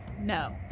No